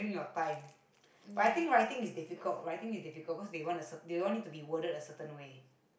ya